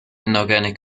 inorganic